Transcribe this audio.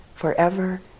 forever